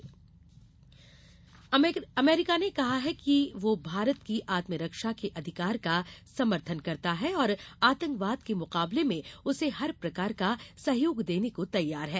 पुलवामा निंदा अमरीका ने कहा है कि वह भारत की आत्मरक्षा के अधिकार का समर्थन करता है और आतंकवाद के मुकाबले में उसे हर प्रकार का सहयोग देने को तैयार है